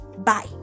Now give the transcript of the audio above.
Bye